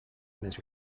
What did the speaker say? més